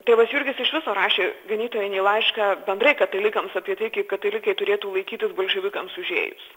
tėvas jurgis iš viso rašė ganytojinį laišką bendrai katalikams apie tai kaip katalikai turėtų laikytis bolševikams užėjus